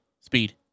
speed